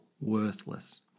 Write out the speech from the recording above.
worthless